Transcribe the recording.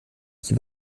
qui